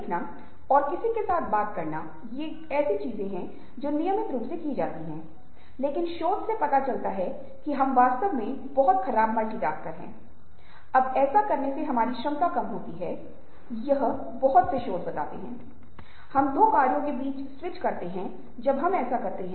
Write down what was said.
अधिक स्पष्ट स्वायत्तता से मेरा तात्पर्य यह है कि आर्थिक रूप से हम एक दूसरे पर निर्भर हैं लेकिन पारस्परिक स्तर पर समाजीकरण के स्तर पर एक दूसरे पर निर्भरता कई संस्कृतियों में और अन्य संस्कृतियों के बहुत से लोगों में यह बहुत कम है